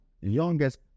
youngest